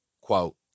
Quote